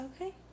Okay